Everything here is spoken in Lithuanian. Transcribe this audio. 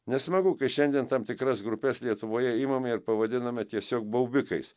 nesmagu kai šiandien tam tikras grupes lietuvoje imame ir pavadiname tiesiog baubikais